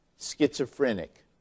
Schizophrenic